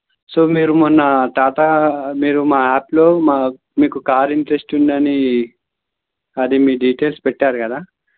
so మీరు మొన్న టాటా మీరు మా యాప్లో మా మీకు కార్ ఇంట్రస్ట్ ఉందని అది మీ డీటైల్స్ పెట్టారు కదా